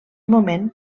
moment